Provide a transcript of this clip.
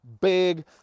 big